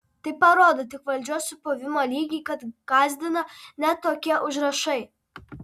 tai parodo tik valdžios supuvimo lygį kad gąsdina net tokie užrašai